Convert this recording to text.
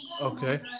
Okay